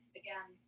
again